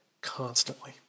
constantly